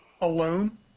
Alone